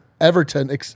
Everton